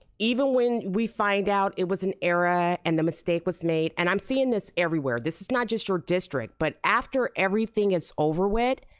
even when we find out it was an error and the mistake was made, and i'm seeing this everywhere, this is not just your district, but after everything is over with,